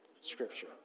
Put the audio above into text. scripture